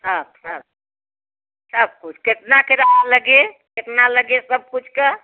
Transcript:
सब सब सब कुछ कुछ कितना किराया लगे कितना लगे सब कुछ का